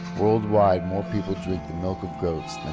worldwide, more people drink the milk of goats